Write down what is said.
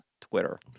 Twitter